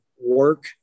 work